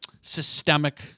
systemic